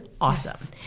awesome